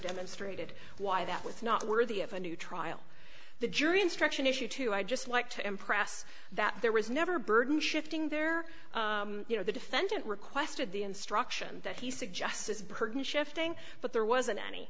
demonstrated why that with not worthy of a new trial the jury instruction issue two i'd just like to impress that there was never a burden shifting there you know the defendant requested the instruction that he suggests his burden shifting but there wasn't any